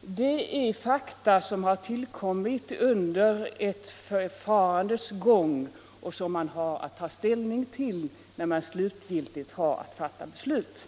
Det är fakta som har tillkommit under handläggningens gång, och som man har att ta ställning till när man skall fatta definitivt bestut.